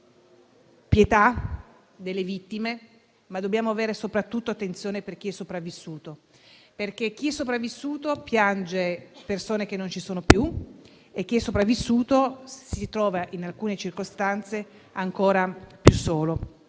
avere pietà delle vittime, ma dobbiamo avere soprattutto attenzione per chi è sopravvissuto. Chi è sopravvissuto piange infatti persone che non ci sono più e si trova in alcune circostanze ancora più solo.